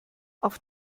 auf